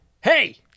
Hey